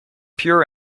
pure